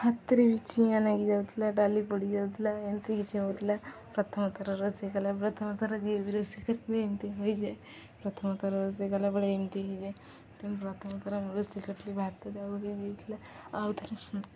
ହାତରେ ବି ଚିଆଁ ଲାଗି ଯାଉଥିଲା ଡାଲି ପୋଡ଼ି ଯାଉଥିଲା ଏମିତି କିଛି ହେଉଥିଲା ପ୍ରଥମଥର ରୋଷେଇ କଲା ପ୍ରଥମଥର ଯିଏ ବି ରୋଷେଇ କରେ ଏମିତି ହୋଇଯାଏ ପ୍ରଥମଥର ରୋଷେଇ କଲାବେେଳେ ଏମିତି ହୋଇଯାଏ ତେଣୁ ପ୍ରଥମଥର ମୁଁ ରୋଷେଇ କରିଥିଲି ଭାତ ଯାଉ କେ ହୋଇଥିଲା ଆଉ ଥରେ